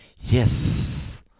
yes